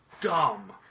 dumb